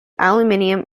aluminum